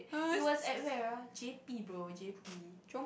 it was at where ah J_P bro J_P